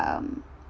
um